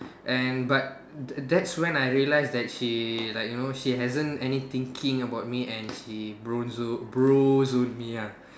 and but that's when I realise that she like you know she hasn't any thinking about me and she bro zone bro zone me ah